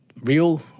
real